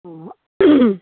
हँ